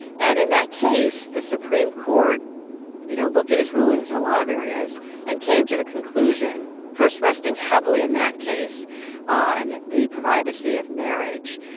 and in that case the supreme court you know looked at his rulings and a lot of areas and came to the conclusion, first resting heavily in that case on the privacy of marriage,